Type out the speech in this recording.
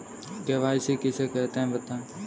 KYC किसे कहते हैं बताएँ?